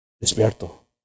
Despierto